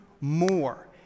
more